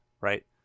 right